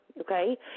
okay